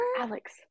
Alex